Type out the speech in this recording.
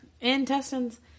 Intestines